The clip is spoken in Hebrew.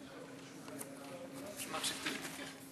אין צורך להצביע.